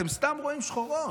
אתם סתם רואים שחורות.